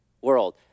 world